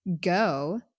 Go